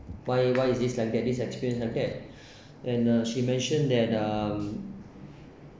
why why is this like that this experience like that and uh she mentioned that um